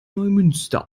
neumünster